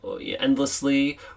endlessly